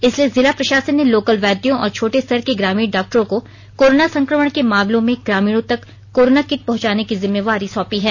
इसलिए जिला प्रशासन ने लोकल वैद्यों और छोटे स्तर के ग्रामीण डॉक्टरों को कोरोना संक्रमण के मामलों में ग्रामीणों तक कोरोना किट पहुंचाने की जिम्मेवारी सौंपी है